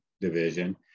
division